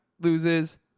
Loses